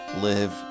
Live